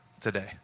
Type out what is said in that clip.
today